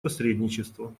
посредничества